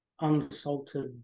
unsalted